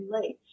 late